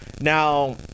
Now